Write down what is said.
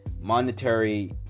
monetary